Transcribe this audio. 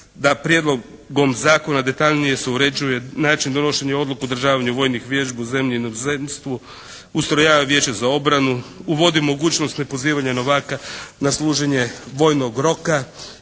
da prijedlogom zakona detaljnije se uređuje način donošenja odluke o održavanju vojnih vježbi u zemlji i inozemstvu, ustrojava Vijeće za obranu, uvodi mogućnost nepozivanja novaka na služenje vojnog roka